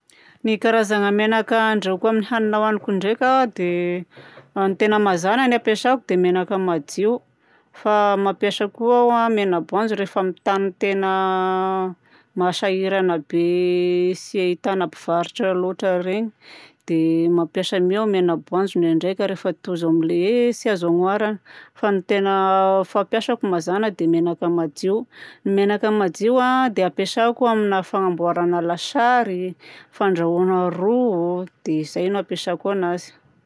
Ny karazagna menaka andrahoako amin'ny hanigna hohaniko ndraika dia ny tena mazana ny ampiasako dia menaka madio. Fa mampiasa koa aho a menaboanjo rehefa amin'ny tany tena mahasahiragna be, tsy ahitagna mpivarotra loatra regny, dia mampiasa an'io aho, menaboanjo ndraindraika rehefa tojo amin'ilay hoe tsy azo anoharagna. Fa ny tegna fampiasako mazàna dia menaka madio. Ny menaka madio a dia ampiasako amina fagnaboaragna lasary, fandrahoagna ro. Dia zay no ampiasako anazy.